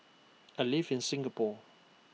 I live in Singapore